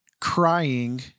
crying